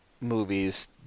movies